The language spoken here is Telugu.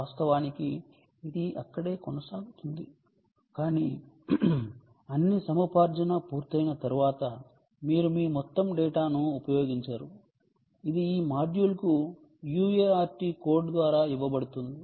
వాస్తవానికి ఇది అక్కడే కొనసాగుతుంది కానీ అన్ని సముపార్జన పూర్తయిన తర్వాత మీరు ఈ మొత్తం డేటాను ఉపయోగించరు ఇది ఈ మాడ్యూల్కు UART కోడ్ ద్వారా ఇవ్వబడుతుంది